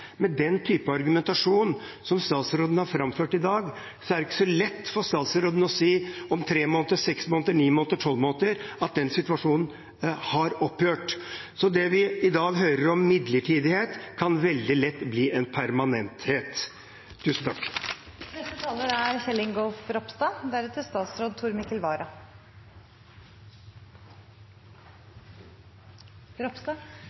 med den type argumentasjon som statsråden har framført i dag, er det ikke så lett for statsråden å si om tre måneder, om seks måneder, om ni måneder, eller om tolv måneder, at den situasjonen har opphørt. Så den midlertidigheten vi i dag hører om, kan veldig lett bli permanent.